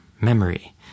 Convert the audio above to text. memory